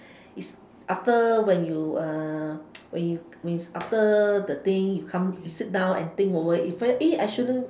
it's after when you uh when you when you after the thing you come you sit down and think over you first eh I shouldn't